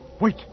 Wait